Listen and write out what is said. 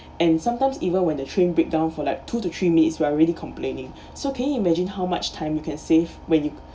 and sometimes even when the train breakdown for like two to three minutes we're already complaining so can you imagine how much time you can save when you